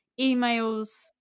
emails